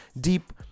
deep